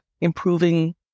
improving